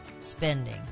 spending